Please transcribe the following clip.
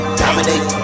dominate